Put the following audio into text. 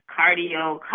cardio